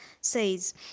says